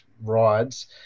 rides